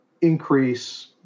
increase